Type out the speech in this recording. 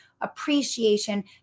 appreciation